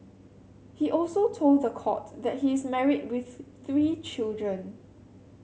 he also told the court that he is married with three children